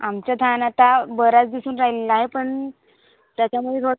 आमचं धानं आता बराच दिसून राहिलेला आहे पण त्याच्यामुळे रोज